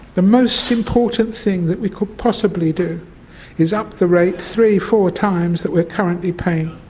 the most important thing that we could possibly do is up the rate three, four times that we're currently paying.